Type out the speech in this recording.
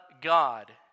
God